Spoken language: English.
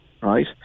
Right